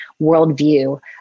worldview